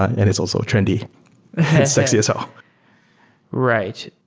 and is also a trendy sexy. so right.